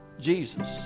Jesus